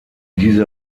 dieser